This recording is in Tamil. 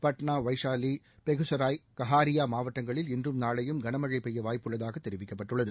பட்னா வைஷாலி பெகுசராய் கஹாரியா மாவட்டங்களில் இன்றும் நாளையும் கனமழை பெய்ய வாய்ப்புள்ளதாக தெரிவிக்கப்பட்டுள்ளது